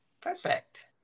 Perfect